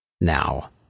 Now